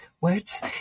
words